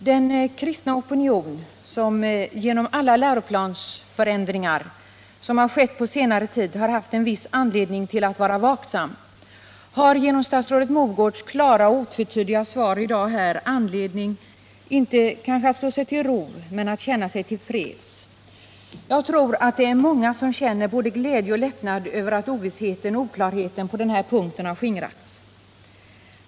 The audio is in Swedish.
Herr talman! Den kristna opinion som genom alla läroplansförändringar vilka skett på senare tid har haft en viss anledning att vara vaksam har genom statsrådet Mogårds klara och otvetydiga svar i dag anledning inte att slå sig till ro men att känna sig till freds. Jag tror att det är många som känner både glädje och lättnad över att ovissheten och oklarheten på den här punkten har skingrats.